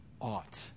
ought